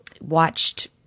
watched